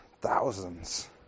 thousands